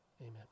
Amen